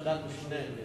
יש ועדת משנה.